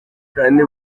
kandi